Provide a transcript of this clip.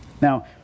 Now